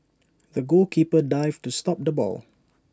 the goalkeeper dived to stop the ball